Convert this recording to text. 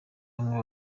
bamwe